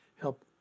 help